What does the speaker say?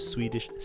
Swedish